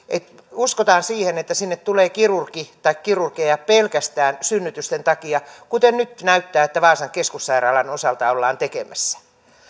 uskotaan siihen että sinne tulee kirurgi tai kirurgeja pelkästään synnytysten takia kuten nyt näyttää että vaasan keskussairaalan osalta ollaan tekemässä